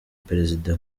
perezida